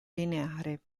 lineare